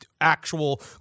actual